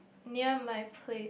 near my place